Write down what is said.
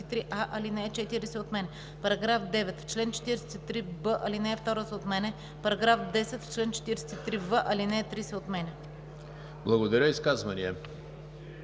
Благодаря. Изказвания?